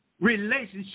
relationship